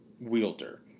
wielder